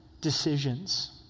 decisions